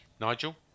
Nigel